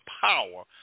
power